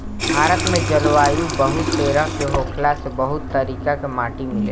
भारत में जलवायु बहुत तरेह के होखला से बहुत तरीका के माटी मिलेला